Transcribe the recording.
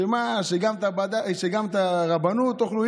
שמה, שגם מהרבנות תאכלו.